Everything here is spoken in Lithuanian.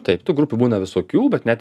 taip tų grupių būna visokių bet net